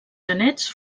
genets